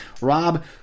rob